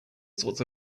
sorts